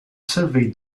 survey